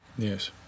Yes